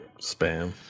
spam